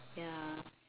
ya